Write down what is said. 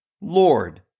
Lord